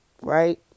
right